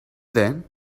then